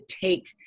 take